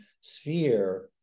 sphere